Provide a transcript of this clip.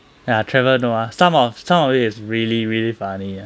ah trevor noah some of some of it is really really funny